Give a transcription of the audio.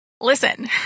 listen